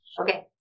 Okay